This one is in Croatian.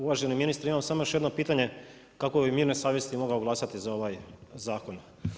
Uvaženi ministre, imam samo još jedno pitanje kako bih mirne savjesti mogao glasati za ovaj zakon.